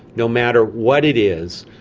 no matter what it is,